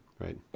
right